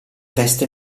veste